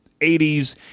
80s